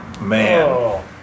Man